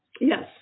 Yes